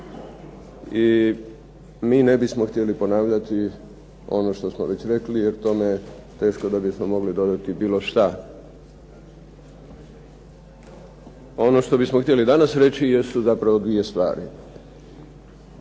i mi ne bismo htjeli ponavljati ono što smo već rekli jer tome teško da bismo mogli dodati bilo šta. Ono što bismo htjeli danas reći jesu zapravo 2 stvari.